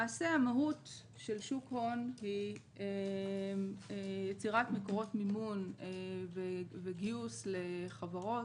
למעשה המהות של שוק הון היא יצירת מקורות מימון וגיוס לחברות,